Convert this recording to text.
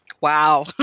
Wow